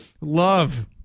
Love